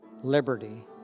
Liberty